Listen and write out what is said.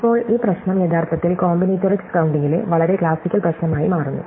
ഇപ്പോൾ ഈ പ്രശ്നം യഥാർത്ഥത്തിൽ കോമ്പിനേറ്ററിക്സ് കൌഡിംഗിലെ വളരെ ക്ലാസിക്കൽ പ്രശ്നമായി മാറുന്നു